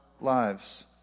lives